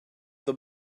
the